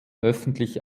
öffentlich